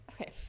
Okay